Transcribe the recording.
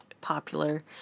popular